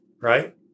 Right